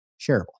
shareable